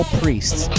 priests